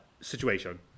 situation